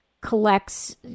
collects